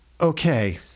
Okay